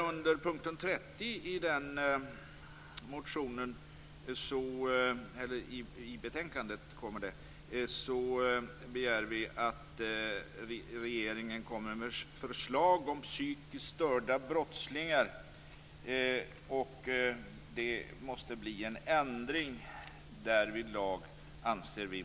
Under punkt 30 i betänkandet begär vi att regeringen skall komma med förslag om psykiskt störda brottslingar. Vi moderater anser att det måste bli en ändring därvidlag.